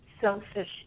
selfish